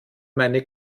meine